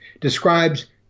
describes